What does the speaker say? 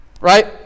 Right